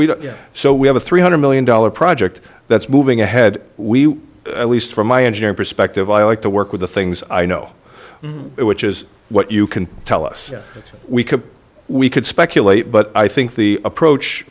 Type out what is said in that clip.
so we have a three hundred million dollar project that's moving ahead we at least from my engineering perspective i like to work with the things i know which is what you can tell us we could we could speculate but i think the approach